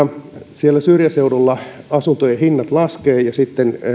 siellä syrjäseuduilla asuntojen hinnat laskevat ja sitten